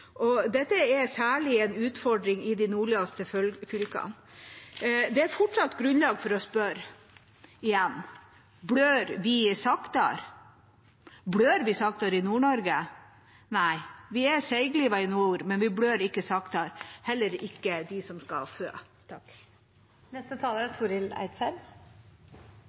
Dette er særlig en utfordring i de nordligste fylkene, og det er fortsatt grunnlag for å spørre – igjen: Blør vi saktere i Nord-Norge? Nei, vi er seigliva i nord, men vi blør ikke saktere, heller ikke de som skal føde. Dette representantforslaget om ei heilskapleg og god svangerskaps-, fødsels- og barselomsorg i heile landet er